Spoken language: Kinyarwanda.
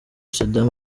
saddam